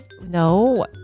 No